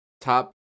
top